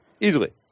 Easily